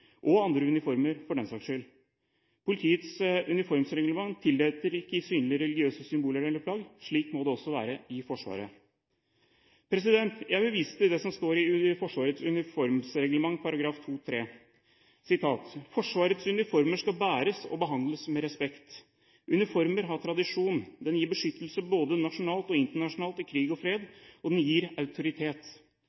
og andre uniformer for den saks skyld. Politiets uniformsreglement tillater ikke synlige religiøse symboler eller plagg. Slik må det også være i Forsvaret. Jeg vil vise til det som står i Forsvarets uniformsreglement, § 2.3: «Forsvarets uniformer skal bæres og behandles med respekt. Uniformen har lang tradisjon, den gir beskyttelse både nasjonalt og internasjonalt i krig og fred,